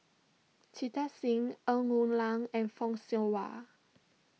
Jita Singh Ng Woon Lam and Fock Siew Wah